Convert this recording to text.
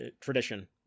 tradition